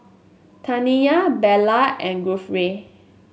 Taniya Bella and Guthrie